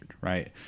right